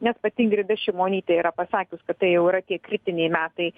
nes pati ingrida šimonytė yra pasakius kad tai jau yra tie kritiniai metai